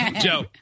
Joe